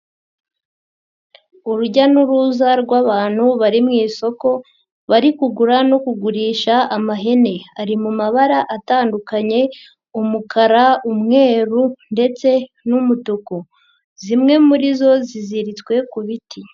Urujya n'uruza rw'abantu bari mu isoko bari kugura no kugurisha amahene, ari mu mabara atandukanye umukara, umweru ndetse n'umutuku, zimwe muri zo ziziritswe ku biti.